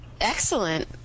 Excellent